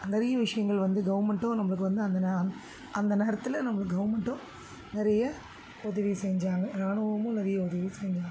நிறைய விஷயங்கள் வந்து கவர்மெண்ட்டும் நம்மளுக்கு வந்து அந்த நே அந் அந்த நேரத்தில் நம்மளுக்கு கவர்மெண்ட்டும் நிறைய உதவி செஞ்சாங்க ராணுவமும் நிறைய உதவி செஞ்சாங்க